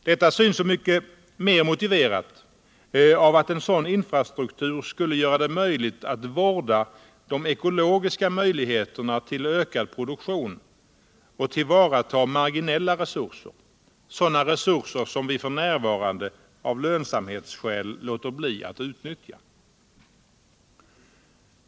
Detta synes så mycket mer motiverat av att en sådan intrastruktur skulle göra det möjligt att vårda de ekologiska möjligheterna till ökad produktion och tillvarata marginella resurser, sådana resurser som vi f. n. av lönsamhetsskäl låter bli att utnyttja.